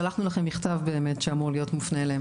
שלחנו לכם מכתב שאמור להיות מופנה אליהם.